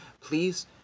Please